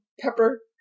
Pepper